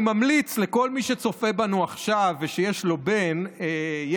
אני ממליץ לכל מי שצופה בנו עכשיו ושיש לו ילד,